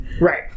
Right